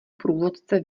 průvodce